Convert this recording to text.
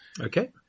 Okay